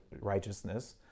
righteousness